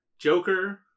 Joker